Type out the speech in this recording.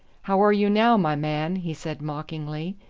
how are you now, my man? he said mockingly.